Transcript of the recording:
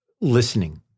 listening